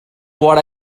what